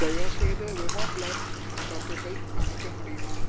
தயவுசெய்து Wemo plug சாக்கெட்டை அணைக்க முடியுமா